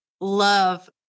love